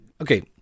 okay